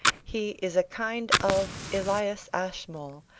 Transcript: he is a kind of elias ashmole,